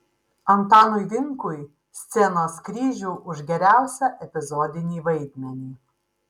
antanui vinkui scenos kryžių už geriausią epizodinį vaidmenį